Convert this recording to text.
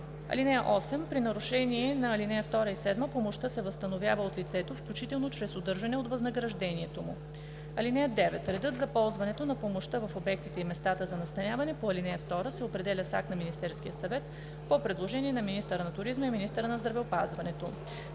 (8) При нарушение на ал. 2 и 7 помощта се възстановява от лицето, включително чрез удържане от възнаграждението му. (9) Редът за ползването на помощта в обектите и местата за настаняване по ал. 2 се определя с акт на Министерския съвет по предложение на министъра на туризма и министъра на здравеопазването.“